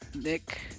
Nick